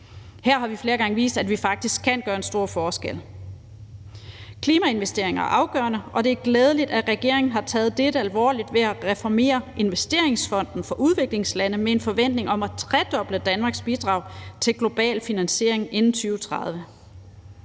Her har vi flere gange vist, at vi faktisk kan gøre en stor forskel. Klimainvesteringer er afgørende, og det er glædeligt, at regeringen har taget dette alvorligt ved at reformere Investeringsfonden for Udviklingslande med en forventning om at tredoble Danmarks bidrag til global finansiering inden 2030.